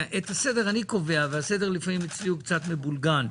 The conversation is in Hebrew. את הסדר אני קובע, ולפעמים הסדר אצלי קצת מבולגן.